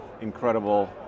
incredible